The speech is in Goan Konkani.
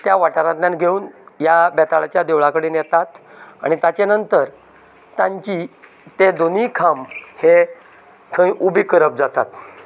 त्या वाठारांतल्यान घेवन ह्या बेताळाच्या देवळा कडेन येताता आनी ताच्या नंतर तांची तें दोनी खांब हे थंय उबें करप जातात